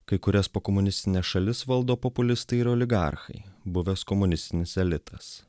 kai kurias pokomunistines šalis valdo populistai ir oligarchai buvęs komunistinis elitas